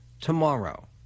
tomorrow